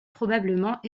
probablement